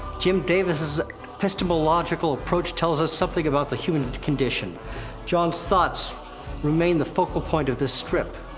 jim davis' epistemological approach tells us something about the human condition jon's thoughts remain the focal point of this strip.